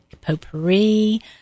potpourri